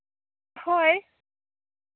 ᱦᱳᱭ